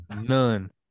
None